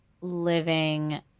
living